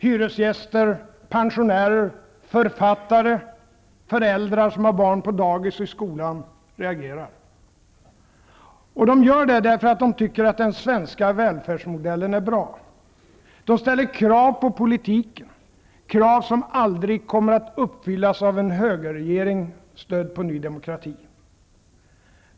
Hyresgäster, pensionärer, författare, föräldrar som har barn på dagis och i skolan, reagerar. De gör det därför att de tycker att den svenska välfärdsmodellen är bra. De ställer krav på politiken, krav som aldrig kommer att uppfyllas av en högerregering, stödd på Ny demokrati.